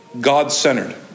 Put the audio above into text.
God-centered